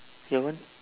your one